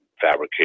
fabrication